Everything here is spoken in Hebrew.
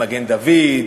עם מגן-דוד,